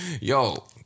Yo